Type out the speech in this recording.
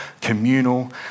communal